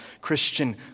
Christian